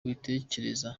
ibitekerezo